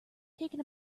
taken